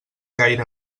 gaire